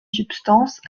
substance